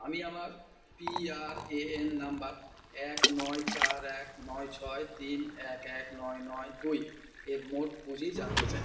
আমি আমার PRAN number এক নয় চার এক নয় ছয় তিন এক এক নয় নয় দুই এর মোট পুঁজি জানতে চাই